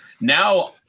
now